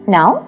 Now